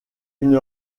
une